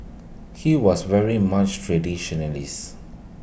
he was very much traditionalist